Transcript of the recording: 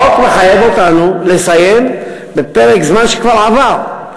החוק מחייב אותנו לסיים בפרק זמן שכבר עבר.